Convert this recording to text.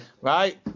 Right